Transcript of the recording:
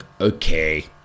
okay